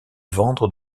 vendre